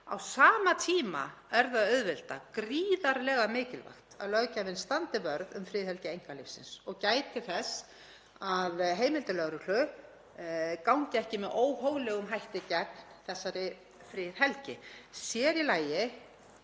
Á sama tíma er það auðvitað gríðarlega mikilvægt að löggjafinn standi vörð um friðhelgi einkalífsins og gæti þess að heimildir lögreglu gangi ekki með óhóflegum hætti gegn þessari friðhelgi, sér í lagi